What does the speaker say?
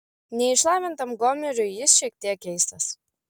neišlavintam gomuriui jis šiek tiek keistas